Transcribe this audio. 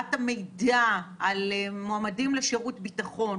בהעברת המידע על מועמדים לשירות ביטחון